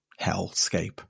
hellscape